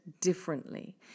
differently